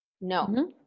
No